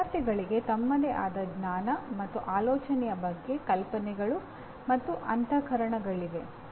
ವಿದ್ಯಾರ್ಥಿಗಳಿಗೆ ತಮ್ಮದೇ ಆದ ಜ್ಞಾನ ಮತ್ತು ಆಲೋಚನೆಯ ಬಗ್ಗೆ ಕಲ್ಪನೆಗಳು ಮತ್ತು ಅಂತಃಕರಣಗಳಿವೆ